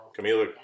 Camila